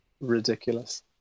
ridiculous